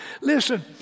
Listen